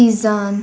इजान